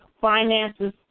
finances